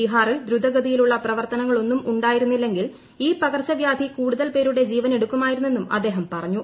ബീഹാറിൽ ദ്രുതഗതിയിലുള്ള പ്രവർത്തനങ്ങളൊന്നും ഉണ്ടായിരുന്നില്ലെങ്കിൽ ഈ പകർച്ചവ്യാധി കൂടുതൽ പേരുടെ ജീവനെടുക്കുമായിരുന്നെന്നും അദ്ദേഹം പറഞ്ഞു